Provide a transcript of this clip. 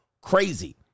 crazy